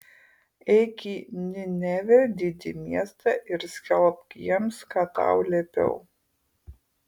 eik į ninevę didį miestą ir skelbk jiems ką tau liepiau